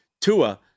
Tua